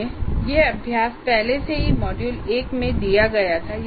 यह अभ्यास पहले से ही मॉड्यूल 1 में दिया गया था